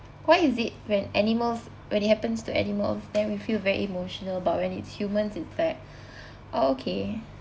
why is it when animals when it happens to animal then we feel very emotional but when it's humans it's like oh okay